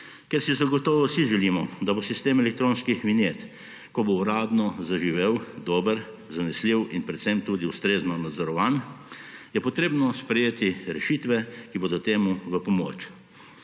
Ker si zagotovo vsi želimo, da bo sistem elektronskih vinjet, ko bo uradno zaživel, dober, zanesljiv in predvsem tudi ustrezno nadzorovan, je treba sprejeti rešitve, ki bodo temu v pomoč.